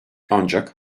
ancak